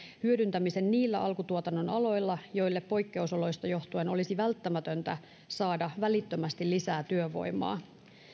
hyödyntämisen niillä alkutuotannon aloilla joille poikkeusoloista johtuen olisi välttämätöntä saada välittömästi lisää työvoimaa